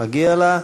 מגיע לה.